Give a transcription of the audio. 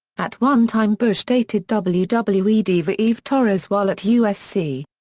at one time bush dated wwe wwe diva eve torres while at usc.